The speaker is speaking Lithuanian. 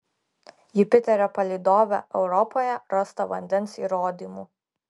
jupiterio palydove europoje rasta vandens įrodymų